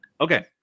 Okay